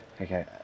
Okay